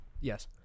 Yes